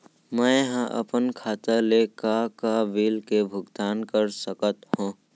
मैं ह अपन खाता ले का का बिल के भुगतान कर सकत हो